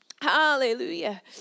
Hallelujah